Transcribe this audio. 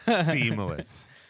Seamless